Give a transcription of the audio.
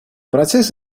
процесс